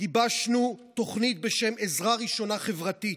גיבשנו תוכנית בשם "עזרה ראשונה חברתית".